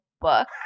book